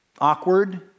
awkward